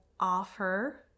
offer